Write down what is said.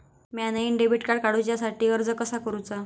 म्या नईन debit card काडुच्या साठी अर्ज कसा करूचा?